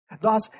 Thus